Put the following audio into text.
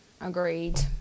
agreed